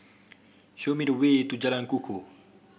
show me the way to Jalan Kukoh